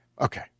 Okay